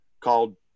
called